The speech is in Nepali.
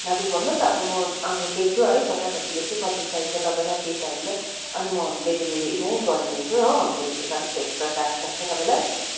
हजुर भन्नुहोस् अब म अब लेख्छु है फटाफटी लेख्छु कति चाहिन्छ तपाईँलाई के चाहिन्छ अनि म होम डिलिभेरी नै गरिदिन्छु हो होम डिलिभेरीको चाहिँ अलिकति एक्स्ट्रा चार्ज लाग्छ तपाईँलाई